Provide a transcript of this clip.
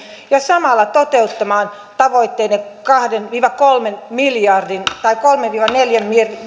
ja samalla toteuttamaan tavoitteenne kahden viiva kolmen miljardin tai kolmen viiva neljän